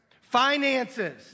Finances